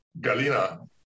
Galina